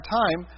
time